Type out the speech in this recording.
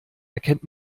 erkennt